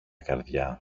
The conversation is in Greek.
καρδιά